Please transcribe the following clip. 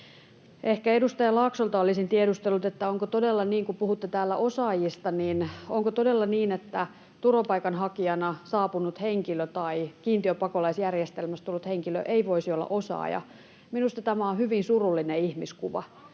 Ehkä edustaja Laaksolta olisin tiedustellut, että kun puhutte täällä osaajista, niin onko todella niin, että turvapaikanhakijana saapunut henkilö tai kiintiöpakolaisjärjestelmästä tullut henkilö ei voisi olla osaaja. Minusta tämä on hyvin surullinen ihmiskuva.